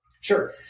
Sure